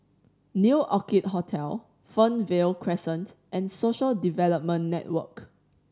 New Orchid Hotel Fernvale Crescent and Social Development Network